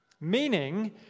Meaning